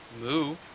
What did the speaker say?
move